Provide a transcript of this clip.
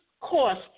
cost